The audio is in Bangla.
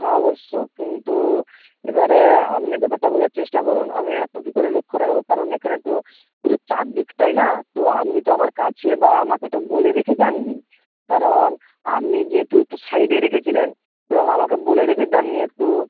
তা অবশ্য কিন্তু এবারে আপনি ব্যাপারটা বোঝার চেষ্টা করুন আমি এত কী করে লক্ষ্য রাখবো কারণ এখানে তো শুধু চারদিকটাই না তো আপনি তো আমার কাছে বা আমাকে তো বলে রেখে যাননি কারণ আপনি যেহেতু একটু সাইডে রেখেছিলেন এবং আমাকে বলে রেখে যাননি একটু